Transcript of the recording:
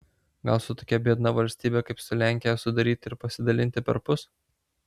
gal su tokia biedna valstybe kaip su lenkija sudaryti ir pasidalinti perpus